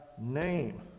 name